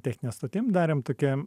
technine stotim darėm tokią